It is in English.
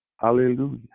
Hallelujah